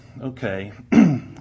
okay